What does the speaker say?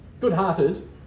good-hearted